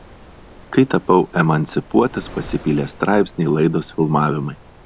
kai tapau emancipuotas pasipylė straipsniai laidos filmavimai